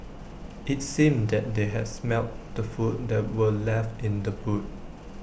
IT seemed that they had smelt the food that were left in the boot